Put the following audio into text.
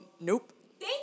nope